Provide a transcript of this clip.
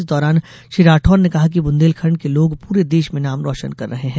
इस दौरान श्री राठौर ने कहा कि बुंदेलखंड के लोग पूरे देश में नाम रोशन कर रहे हैं